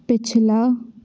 पिछला